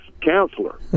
counselor